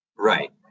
Right